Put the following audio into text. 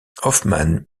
hoffman